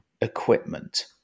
equipment